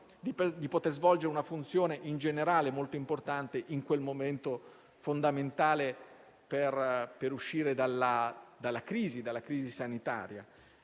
di poter svolgere una funzione in generale molto importante, in quel momento fondamentale per uscire dalla crisi sanitaria.